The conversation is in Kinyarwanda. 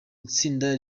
itsinda